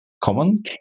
common